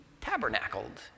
tabernacled